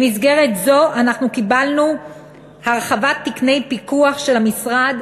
במסגרת זו קיבלנו הרחבת תקני פיקוח של המשרד,